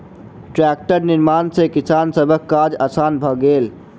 टेक्टरक निर्माण सॅ किसान सभक काज आसान भ गेलै